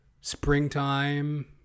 springtime